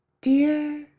Dear